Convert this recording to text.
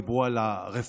דיברו על הרפורמה,